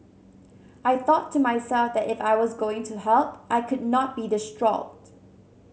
I thought to myself that if I was going to help I could not be distraught